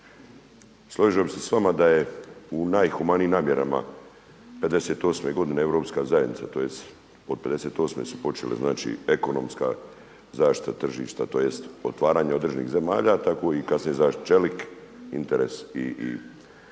složio bih se s vama da je u najhumanijim namjerama 58. godine Europska zajednica tj. od 58. su počele znači ekonomska zaštita tržišta tj. otvaranje određenih zemalja, tako kasnije za čelik interes i